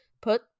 put